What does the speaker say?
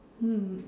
hmm